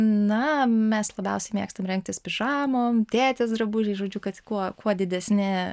na mes labiausiai mėgstam rengtis pižamom tėtės drabužiais žodžiu kad kuo kuo didesni